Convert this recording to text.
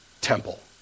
temple